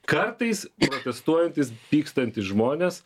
kartais protestuojantys pykstantys žmonės